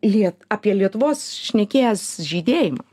liet apie lietuvos šnekėjęs žydėjimą